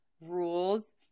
rules